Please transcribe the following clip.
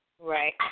Right